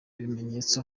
bimenyetso